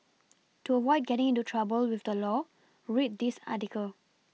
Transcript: to avoid getting into trouble with the law read this article